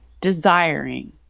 desiring